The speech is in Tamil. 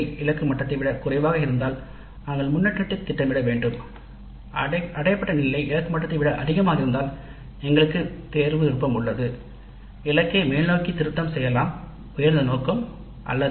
அடைந்த நிலை இலக்கு மட்டத்தை விட குறைவாக இருந்தால் நாங்கள் முன்னேற்றம் பொறித்த திட்டமிட வேண்டும் அடையப்பட்ட நிலை இலக்கு மட்டத்தை விட அதிகமாக இருந்தால் இலக்கை மேல்நோக்கி திருத்தம் செய்யலாம் உயர்ந்த இலக்கை நிர்ணயிக்கலாம்